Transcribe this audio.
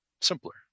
simpler